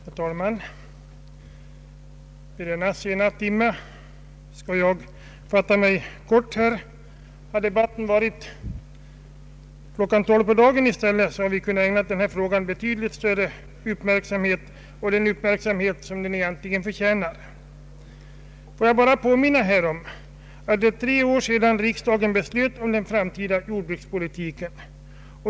Herr talman! Vid denna sena timme skall jag fatta mig kort. Om debatten hade ägt rum kl. 12 på dagen i stället hade vi kunnat ägna denna fråga betydligt större uppmärksamhet — den uppmärksamhet den egentligen förtjänar. Låt mig bara påminna om att det är tre år sedan riksdagen fattade beslut om den framtida jordbrukspolitiken.